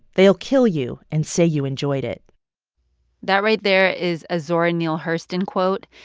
they'll kill you and say you enjoyed it that right there is a zora neale hurston quote.